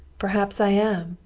perhaps i am,